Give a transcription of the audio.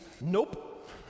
Nope